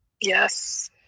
yes